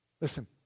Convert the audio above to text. Listen